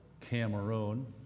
Cameroon